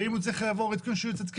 ואם הוא צריך לעבור את הרשות כן,